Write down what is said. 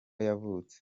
yavutse